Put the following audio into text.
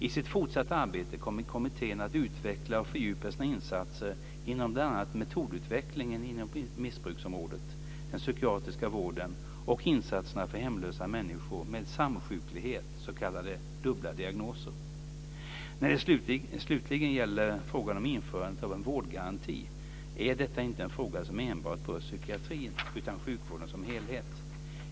I sitt fortsatta arbete kommer kommittén att utveckla och fördjupa sina insatser inom bl.a. metodutvecklingen inom missbruksområdet, den psykiatriska vården och insatserna för hemlösa människor med samsjuklighet, s.k. dubbla diagnoser. När det slutligen gäller frågan om införande av en vårdgaranti är detta inte en fråga som enbart berör psykiatrin, utan sjukvården som helhet.